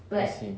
I see